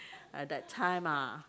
at that time ah